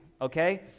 okay